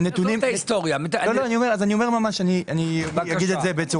אמרו שאין נציג